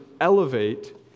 elevate